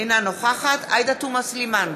אינה נוכחת עאידה תומא סלימאן,